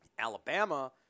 Alabama